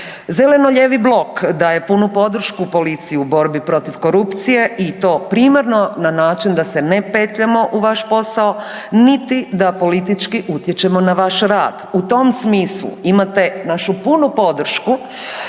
Zeleno-lijevi blok daje punu podršku policiji u borbi protiv korupcije i to primarno na način da se ne petljamo u vaš posao niti da politički utječemo na vaš rad. U tom smislu imate našu punu podršku